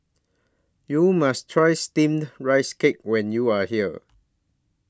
YOU must Try Steamed Rice Cake when YOU Are here